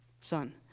son